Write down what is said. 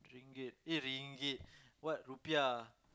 ringgit eh ringgit what rupiah